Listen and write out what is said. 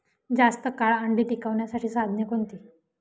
जास्त काळ अंडी टिकवण्यासाठी साधने कोणती?